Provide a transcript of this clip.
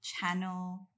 channel